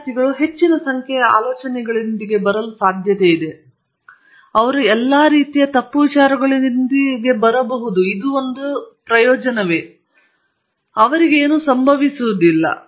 ವಿದ್ಯಾರ್ಥಿಗಳು ಹೆಚ್ಚಿನ ಸಂಖ್ಯೆಯ ಆಲೋಚನೆಗಳೊಂದಿಗೆ ಬರಲು ಸಾಧ್ಯತೆಗಳಿವೆ ಆದರೆ ಅವರು ಎಲ್ಲಾ ರೀತಿಯ ತಪ್ಪು ವಿಚಾರಗಳೊಂದಿಗೆ ಬರಬಹುದು ಎಂಬ ಪ್ರಯೋಜನವಿದೆ ಅವರಿಗೆ ಏನೂ ಸಂಭವಿಸುವುದಿಲ್ಲ